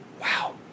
wow